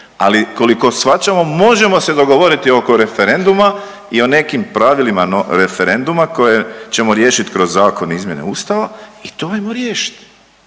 Ali koliko shvaćamo možemo se dogovoriti oko referenduma i o nekim pravilima referenduma koje ćemo riješiti kroz zakon i izmjene Ustava i to ajmo riješiti.